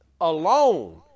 alone